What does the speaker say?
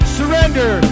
surrender